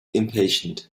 impatient